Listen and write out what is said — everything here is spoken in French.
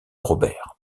robert